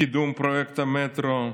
קידום פרויקט המטרו,